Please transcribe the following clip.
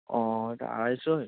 ওহ ওটা আড়াইশোই